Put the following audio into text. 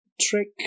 Trick